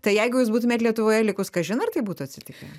tai jeigu jūs būtumėt lietuvoje likus kažin ar tai būtų atsitikę